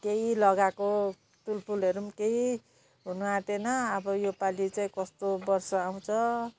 केही लगाएको तुलफुलहरू केही हुनु आँटेन अब यो पालि चाहिँ कस्तो वर्षा आउँछ